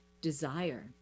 desire